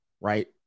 Right